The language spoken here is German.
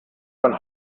von